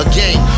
Again